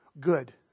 Good